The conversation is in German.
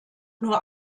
nur